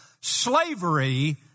slavery